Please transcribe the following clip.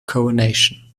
coronation